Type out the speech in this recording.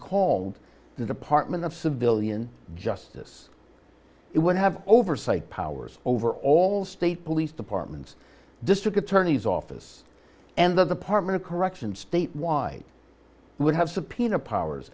called the department of civilian justice it would have oversight powers over all state police departments district attorney's office and the department of corrections statewide would have subpoena powers